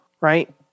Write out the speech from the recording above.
right